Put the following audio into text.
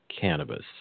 cannabis